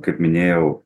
kaip minėjau